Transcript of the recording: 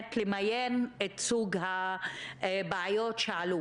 רוצה למיין את סוג הבעיות שעלו